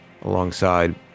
alongside